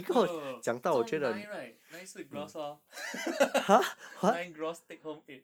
no no no no so nine right nine 是 gross lor nine gross take home eight